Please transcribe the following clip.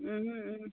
ও ও